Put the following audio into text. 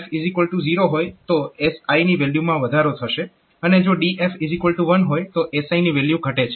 અહીં જો DF 0 હોય તો SI ની વેલ્યુમાં વધારો થશે અને જો DF 1 હોય તો SI ની વેલ્યુ ઘટે છે